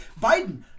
Biden